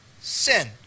Sin